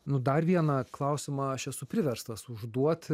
nu dar vieną klausimą aš esu priverstas užduot